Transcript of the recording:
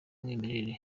umwimerere